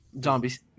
Zombies